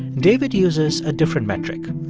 david uses a different metric.